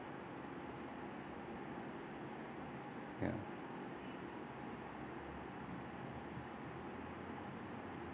yeah